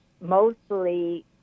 mostly